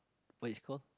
what is call